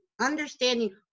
understanding